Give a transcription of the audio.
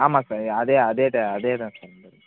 ஆமாம் சார் அதே அதே தான் அதே தான் சார் நம்மளுது